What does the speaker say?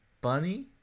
bunny